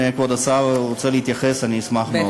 אם כבוד השר רוצה להתייחס, אני אשמח מאוד.